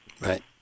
Right